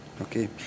Okay